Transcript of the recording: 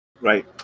Right